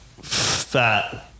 fat